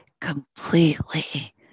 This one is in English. completely